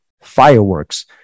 fireworks